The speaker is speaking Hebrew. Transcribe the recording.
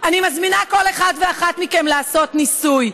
אני מזמינה כל אחד ואחת מכם לעשות ניסוי.